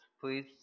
Please